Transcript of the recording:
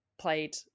played